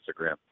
Instagram